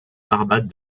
barbade